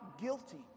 guilty